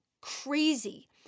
crazy